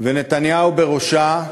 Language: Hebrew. ונתניהו בראשה,